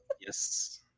Yes